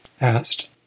asked